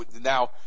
now